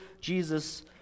Jesus